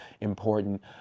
important